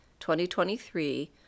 2023